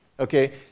Okay